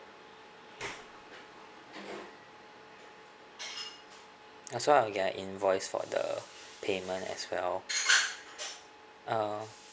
also I'll get an invoice for the payment as well uh